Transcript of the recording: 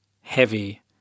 heavy